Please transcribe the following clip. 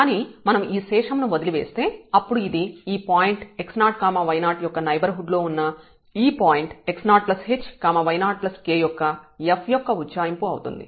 కానీ మనం ఈ శేషం ను వదిలివేస్తే అప్పుడు ఇది ఈ పాయింట్ x0 y0 యొక్క నైబర్హుడ్ లో ఉన్న ఈ పాయింట్ x0h y0k వద్ద f యొక్క ఉజ్జాయింపు అవుతుంది